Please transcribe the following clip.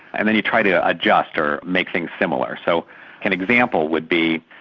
and then you try to adjust or make things similar. so an example would be,